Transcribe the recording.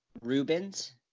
Rubens